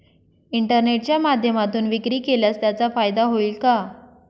इंटरनेटच्या माध्यमातून विक्री केल्यास त्याचा फायदा होईल का?